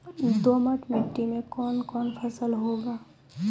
दोमट मिट्टी मे कौन कौन फसल होगा?